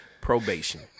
probation